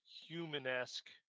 human-esque